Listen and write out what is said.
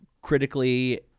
Critically